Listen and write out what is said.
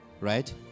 right